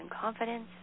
confidence